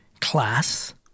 Class